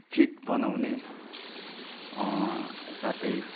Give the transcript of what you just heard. fit बनाउने साथै